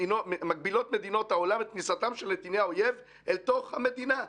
מגבילות מדינות העולם את כניסתם של נתיני האויב אל תוך המדינה.